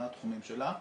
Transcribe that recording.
מה התחומים שלה,